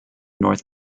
north